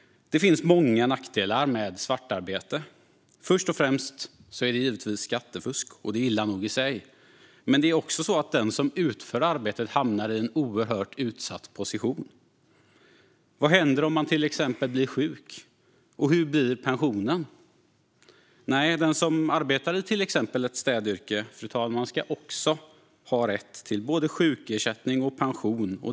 Det finns många nackdelar med svartarbete. Först och främst är det givetvis skattefusk, och det är illa nog i sig. Men det är också så att den som utför arbetet hamnar i en oerhört utsatt situation. Vad händer om man till exempel blir sjuk? Och hur blir pensionen? Nej, den som arbetar i till exempel ett städyrke, fru talman, ska också ha rätt till både sjukersättning och pension.